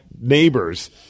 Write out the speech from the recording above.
neighbors